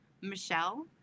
michelle